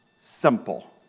simple